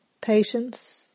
patience